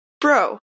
Bro